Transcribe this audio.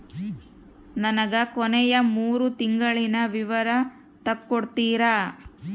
ನನಗ ಕೊನೆಯ ಮೂರು ತಿಂಗಳಿನ ವಿವರ ತಕ್ಕೊಡ್ತೇರಾ?